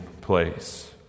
place